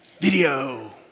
video